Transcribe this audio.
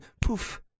poof